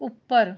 ਉੱਪਰ